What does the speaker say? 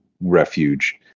refuge